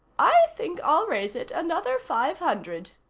i think i'll raise it another five hundred,